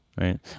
right